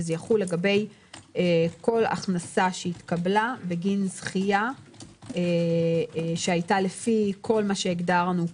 וזה יחול לגבי כל הכנסה שהתקבלה בגין זכייה שהיתה לפי כל מה שהגדרנו פה.